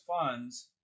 funds